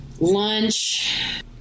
lunch